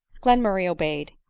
glenmurray obeyed.